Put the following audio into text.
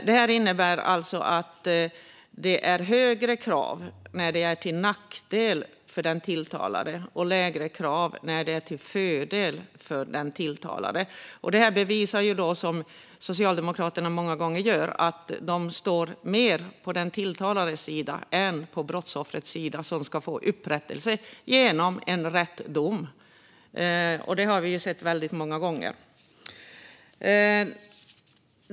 Det här innebär alltså att det är högre krav när det är till nackdel för den tilltalade och lägre krav när det är till fördel för den tilltalade. Det bevisar det som Socialdemokraterna många gånger gör, nämligen att de står mer på den tilltalades sida än på brottsoffrets, som ju ska få upprättelse genom en dom som är rätt. Det har vi sett väldigt många gånger.